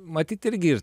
matyt irgi ir